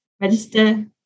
register